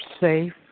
safe